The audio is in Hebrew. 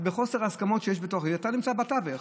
אז בחוסר ההסכמות שיש בתוך זה אתה נמצא בתווך,